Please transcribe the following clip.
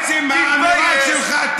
באופוזיציה.